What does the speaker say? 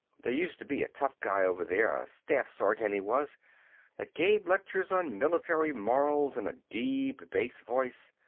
there used to be a tough guy over there a staff sergeant, he was that gave lectures on military morals in a deep bass voice.